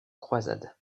croisade